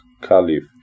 Caliph